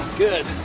good.